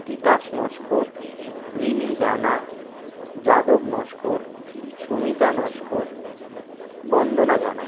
তিতাস নস্কর রিমি জানা যাদব নস্কর সুমিতা নস্কর বন্দনা জানা